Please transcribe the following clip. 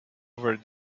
over